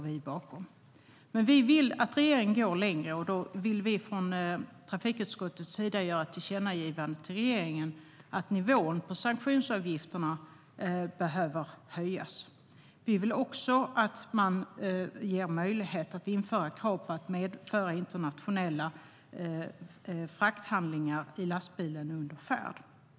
Vi vill som sagt att regeringen går längre, och därför gör trafikutskottet ett tillkännagivande till regeringen om att nivån på sanktionsavgifterna behöver höjas. Ett andra tillkännagivande handlar om att ge möjlighet att införa krav på att medföra internationella frakthandlingar under färd.